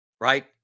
Right